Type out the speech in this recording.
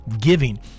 giving